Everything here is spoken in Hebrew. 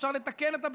אפשר לתקן את הריבונות,